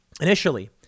initially